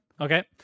Okay